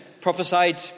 prophesied